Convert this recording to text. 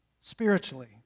spiritually